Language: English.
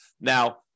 Now